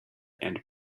and